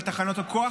על תחנות הכוח,